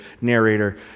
narrator